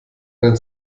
eine